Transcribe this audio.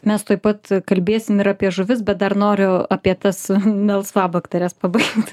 mes tuoj pat kalbėsim ir apie žuvis bet dar noriu apie tas melsvabakteres pabaigti